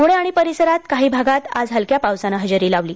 पुणे आणि परिसरात काही भागात आज हलक्या पावसानं हजेरी लावली